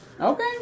Okay